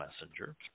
messenger